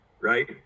right